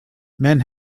men